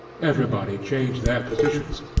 everybody changed their positions.